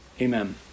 Amen